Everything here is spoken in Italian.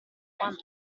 quanto